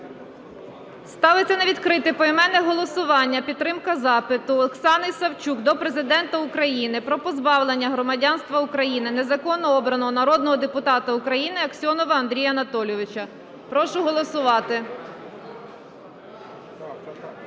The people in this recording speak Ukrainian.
Ставиться на відкрите поіменне голосування підтримка запиту Оксани Савчук до Президента України про позбавлення громадянства України незаконно обраного народного депутата України Аксьонова Андрія Анатолійовича. Прошу голосувати. 12:35:58